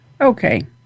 Okay